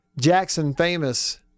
Jackson-famous